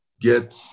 get